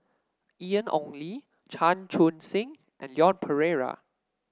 Ian Ong Li Chan Chun Sing and Leon Perera